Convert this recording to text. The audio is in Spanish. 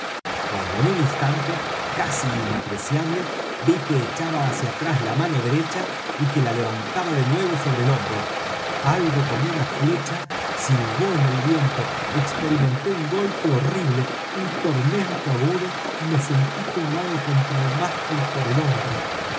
cuando en un instante casi inapreciable ví que echaba hacia atrás la mano derecha y que la levantaba de nuevo sobre el hombro algo como una flecha silbó en el viento experimenté un golpe horrible un tormento agudo y me sentí clavado contra el mástil por el hombro